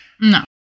no